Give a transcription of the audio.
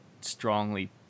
strongly